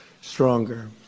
stronger